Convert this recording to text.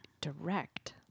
direct